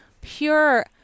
pure